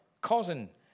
cousin